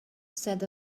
said